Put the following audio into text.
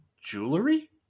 jewelry